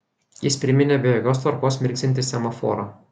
jis priminė be jokios tvarkos mirksintį semaforą